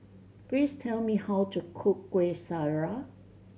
please tell me how to cook Kuih Syara